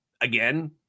Again